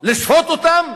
לשפוט אותם